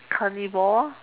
carnivore